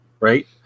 right